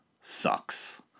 Sucks